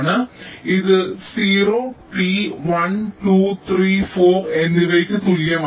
അതിനാൽ ഇത് 0 t 1 2 3 4 എന്നിവയ്ക്ക് തുല്യമാണ്